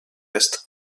est